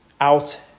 out